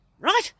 right